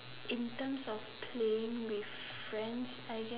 in terms of playing with friends I guess